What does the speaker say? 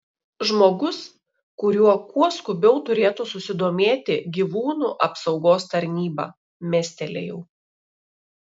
žmogus kuriuo kuo skubiau turėtų susidomėti gyvūnų apsaugos tarnyba mestelėjau